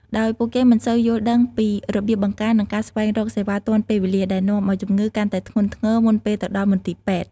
ដោយពួកគេមិនសូវយល់ដឹងពីរបៀបបង្ការ និងការស្វែងរកសេវាទាន់ពេលវេលា ដែលនាំឱ្យជំងឺកាន់តែធ្ងន់ធ្ងរមុនពេលទៅដល់មន្ទីរពេទ្យ។